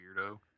weirdo